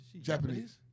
Japanese